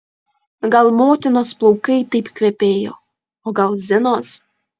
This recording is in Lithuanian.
gal motinos plaukai taip kvepėjo o gal zinos